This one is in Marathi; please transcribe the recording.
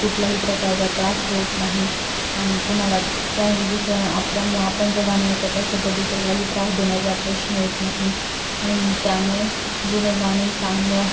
कुठलाही प्रकारचा त्रास होत नाही आणि कोणाला चाहे दुसऱ्यांना आपल्यामु आपण जर गाणे ऐकत असंल तर दुसऱ्यालाही त्रास देण्याचा प्रश्न येत नाही न त्यामुळे जुने गाणे चांगल्या